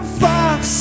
fox